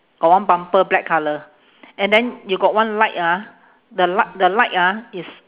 got one bumper black colour and then you got one light ah the li~ the light ah is